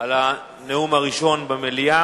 על הנאום הראשון במליאה.